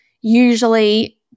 usually